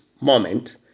moment